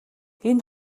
энэ